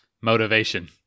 motivation